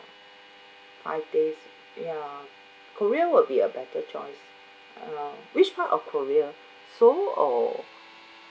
five days ya korea would be a better choice uh which part of korea seoul or